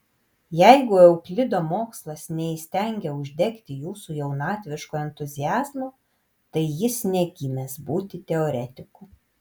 jeigu euklido mokslas neįstengė uždegti jūsų jaunatviško entuziazmo tai jis negimęs būti teoretiku